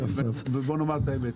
ובוא נאמר את האמת.